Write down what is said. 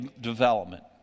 development